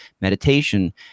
meditation